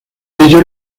ellos